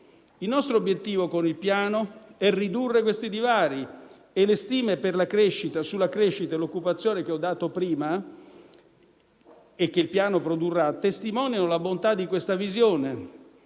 Il nostro obiettivo con il Piano è ridurre questi divari e le stime sulla crescita e l'occupazione che ho dato prima e che il Piano produrrà testimoniano la bontà di questa visione.